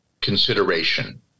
consideration